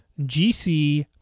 GC